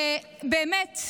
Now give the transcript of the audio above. באמת,